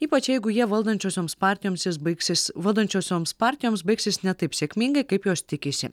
ypač jeigu jie valdančiosioms partijoms baigsis valdančiosioms partijoms baigsis ne taip sėkmingai kaip jos tikisi